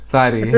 Sorry